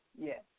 Yes